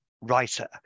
writer